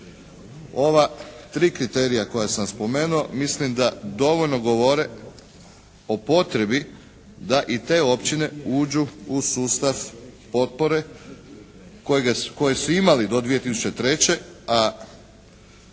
Ova tri kriterija koja sam spomenuo mislim da dovoljno govore o potrebi da i te općine uđu u sustav potpore koje su imali do 2003., a